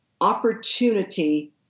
opportunity